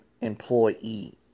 employee